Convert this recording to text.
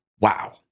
Wow